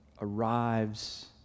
arrives